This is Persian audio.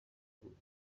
بود